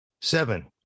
Seven